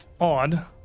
Odd